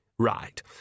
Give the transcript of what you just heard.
Right